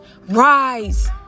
Rise